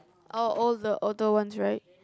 oh all the older ones right